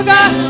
God